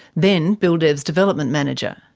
then buildev's development manager.